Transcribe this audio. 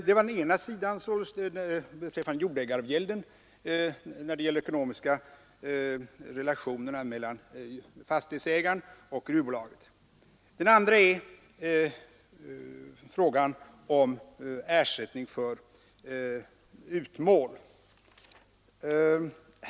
Det var den ena sidan när det gäller de ekonomiska relationerna mellan fastighetsägaren och gruvbolaget. Den andra är frågan om ersättning för utmål.